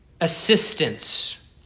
assistance